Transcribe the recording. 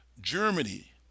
germany